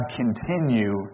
continue